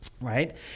right